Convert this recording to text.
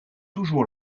toujours